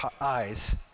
eyes